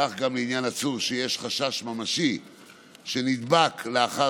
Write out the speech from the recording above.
כך גם לעניין עצור שיש חשש ממשי שנדבק לאחר